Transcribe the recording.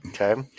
Okay